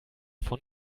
von